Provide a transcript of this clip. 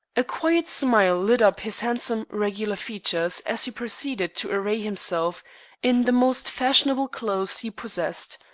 a quiet smile lit up his handsome, regular features as he proceeded to array himself in the most fashionable clothes he possessed,